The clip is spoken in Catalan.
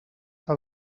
que